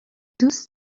دوست